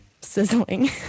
sizzling